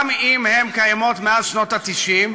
גם אם הן קיימות מאז שנות ה-90,